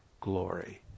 glory